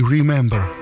Remember